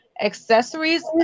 Accessories